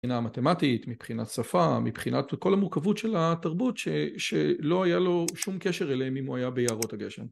מבחינה מתמטית, מבחינת שפה, מבחינת כל המורכבות של התרבות שלא היה לו שום קשר אליהם אם הוא היה ביערות הגשם